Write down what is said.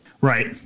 Right